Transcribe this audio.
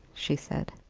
she said,